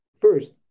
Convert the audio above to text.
First